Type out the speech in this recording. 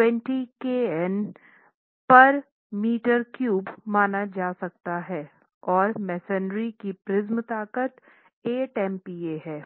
20 kN m 3 माना जा सकता है और मेसनरी की प्रिज्म ताकत 8 MPa है